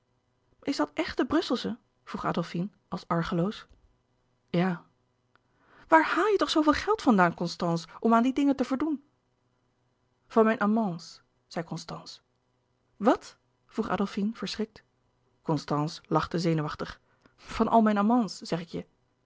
is dat echte brusselsche vroeg adolfine als argeloos ja waar haal je toch zooveel geld vandaan constance om aan die dingen te verdoen van mijn amants zei constance wat vroeg adolfine verschrikt constance lachte zenuwachtig van al mijn amants zeg ik je